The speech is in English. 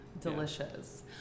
delicious